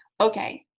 Okay